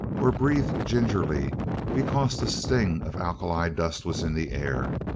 or breathed gingerly because the sting of alkali-dust was in the air,